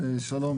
שלום.